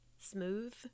smooth